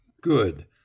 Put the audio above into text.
Good